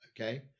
Okay